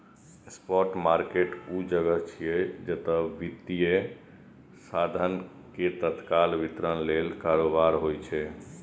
spot market ऊ जगह छियै, जतय वित्तीय साधन के तत्काल वितरण लेल कारोबार होइ छै